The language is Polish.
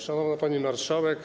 Szanowna Pani Marszałek!